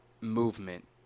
movement